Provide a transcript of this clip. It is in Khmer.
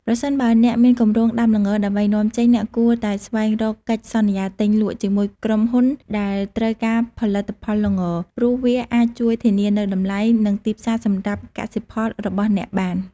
ប្រសិនបើអ្នកមានគម្រោងដាំល្ងដើម្បីនាំចេញ អ្នកគួរតែស្វែងរកកិច្ចសន្យាទិញលក់ ជាមួយក្រុមហ៊ុនដែលត្រូវការផលិតផលល្ង ព្រោះវាអាចជួយធានានូវតម្លៃ និងទីផ្សារសម្រាប់កសិផលរបស់អ្នកបាន។